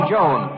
Joan